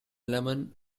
lemon